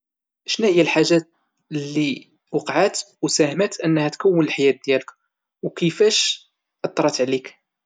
شنوهيا الحاجات اللي وقعت وساهمت انها تكون الحياة ديالك وكيفاش اثرت عليك؟